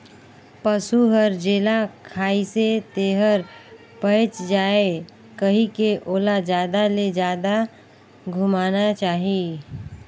पसु हर जेला खाइसे तेहर पयच जाये कहिके ओला जादा ले जादा घुमाना चाही